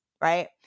right